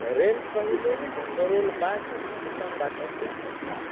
rail कहिले करोलबाग स्टेसनबाट छुट्छ